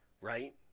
right